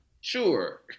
Sure